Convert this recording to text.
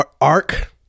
arc